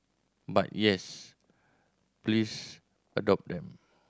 but yes please adopt them